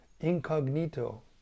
incognito